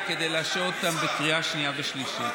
כדי לאשר אותם בקריאה שנייה ושלישית.